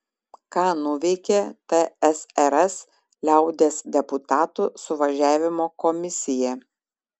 ką nuveikė tsrs liaudies deputatų suvažiavimo komisija